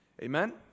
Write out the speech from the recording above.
Amen